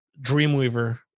Dreamweaver